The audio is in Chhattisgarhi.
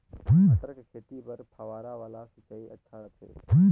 मटर के खेती बर फव्वारा वाला सिंचाई अच्छा रथे?